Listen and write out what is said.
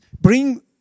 bring